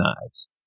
knives